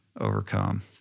overcome